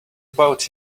about